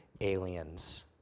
aliens